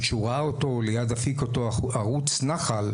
וכשהוא ראה אותו ליד אותו ערוץ נחל,